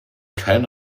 kein